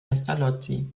pestalozzi